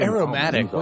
Aromatic